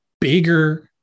bigger